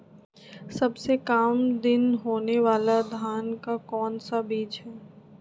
सबसे काम दिन होने वाला धान का कौन सा बीज हैँ?